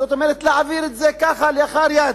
זאת אומרת להעביר את זה ככה, כלאחר יד,